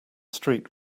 street